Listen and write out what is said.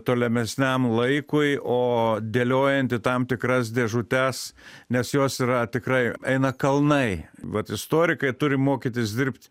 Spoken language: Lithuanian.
tolimesniam laikui o dėliojant į tam tikras dėžutes nes jos yra tikrai eina kalnai vat istorikai turi mokytis dirbt